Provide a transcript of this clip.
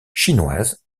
chinoises